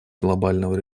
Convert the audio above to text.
глобального